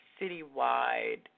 citywide